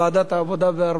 לוועדת העבודה,